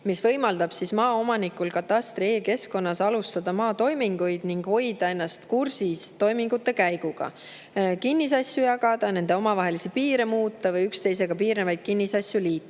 mis võimaldab maaomanikul katastri e-keskkonnas alustada maatoiminguid ning hoida ennast kursis toimingute käiguga, kinnisasju jagada ja nende omavahelisi piire muuta või üksteisega piirnevaid kinnisasju liita.